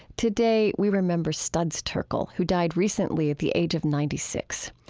today, we remember, studs terkel, who died recently at the age of ninety six.